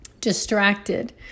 distracted